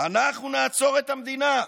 "אנחנו נעצור את המדינה.